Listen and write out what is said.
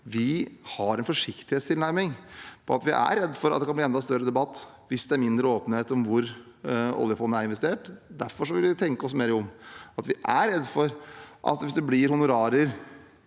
vi har en forsiktighetstilnærming, og at vi er redde for at det kan bli enda større debatt hvis det er mindre åpenhet om hvor oljefondet er investert. Derfor vil vi tenke oss mer om. Vi er redde for at hvis det blir honorarer